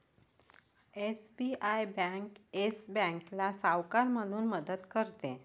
SBI bank yes बँकेला सावकार म्हणून मदत करते